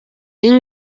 ngoma